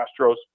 Astros